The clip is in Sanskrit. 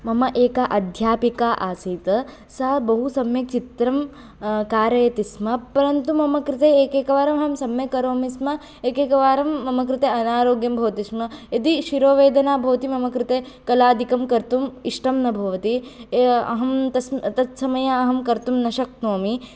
मम एका अध्यापिका आसीत् सा बहु सम्यक् चित्रं कारयति स्म परन्तु मम कृते एकैक वारम् अहं सम्यक् करोति स्म एकैकवारं मम कृते अनारोग्यं भवति स्म यदि शिरोवेदना भवति मम कृते कलादिकं कर्तुं इष्टं न भवति अहं तत्समये अहं कर्तुं न शक्नोमि